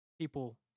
people